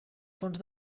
fons